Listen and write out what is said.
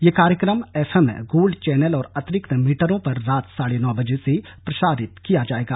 यह कार्यक्रम F M gold channel और अतिरिक्त मीटरों पर रात साढ़े नौ बजे से प्रसारित किया जायेगा